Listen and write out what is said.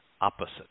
opposite